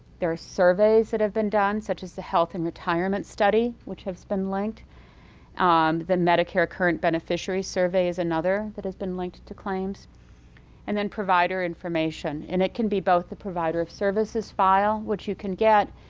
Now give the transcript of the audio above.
there are surveys that have been done such as the health and retirement study which has been linked um then medicare current beneficiary survey is another that has been linked to claims and then provider information and it can be both the provider of services file which you can get.